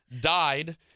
died